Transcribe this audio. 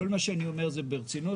כל מה שאני אומר זה ברצינות.